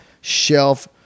shelf